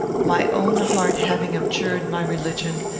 my own heart having abjured my religion,